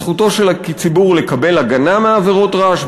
זכותו של הציבור לקבל הגנה מעבירות רעש.